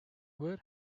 where